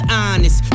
honest